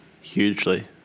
hugely